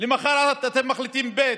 למוחרת אתם מחליטים ב',